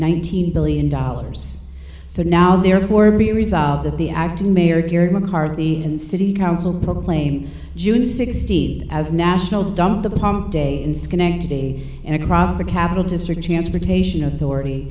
nineteen billion dollars so now therefore be resolved at the acting mayor here mccarthy and city council proclaim june sixth as national dump the pump day in schenectady and across the capital district transportation authority